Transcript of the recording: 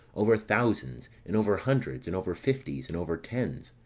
over thousands, and over hundreds, and over fifties, and over tens.